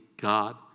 God